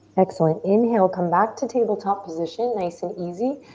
excellent, inhale, come back to tabletop position. nice and easy.